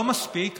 לא מספיק.